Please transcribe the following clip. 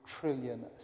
trillion